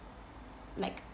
like